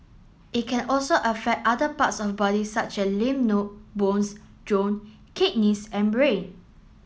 it can also affect other parts of body such as lymph node bones kidneys and brain